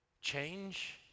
Change